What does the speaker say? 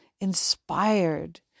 inspired